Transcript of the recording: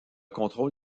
contrôle